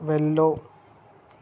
వెళ్ళు